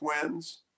twins